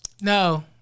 No